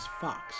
Fox